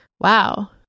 Wow